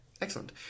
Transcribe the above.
excellent